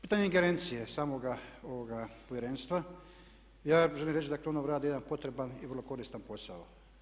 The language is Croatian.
Pitanje ingerencije samoga Povjerenstva, ja želim reći da je ono uradilo jedan potreban i vrlo koristan posao.